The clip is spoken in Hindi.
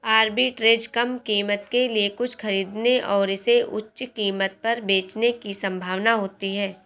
आर्बिट्रेज कम कीमत के लिए कुछ खरीदने और इसे उच्च कीमत पर बेचने की संभावना होती है